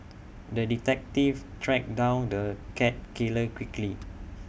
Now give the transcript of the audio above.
the detective tracked down the cat killer quickly